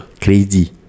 Crazy